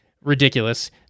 ridiculous